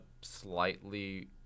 slightly